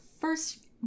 first